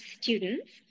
students